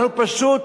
אנחנו, פשוט,